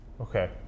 okay